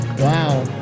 Wow